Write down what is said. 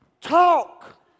talk